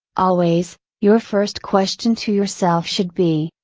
always, your first question to yourself should be,